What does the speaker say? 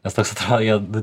nes toks atrodo jie nu